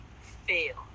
fail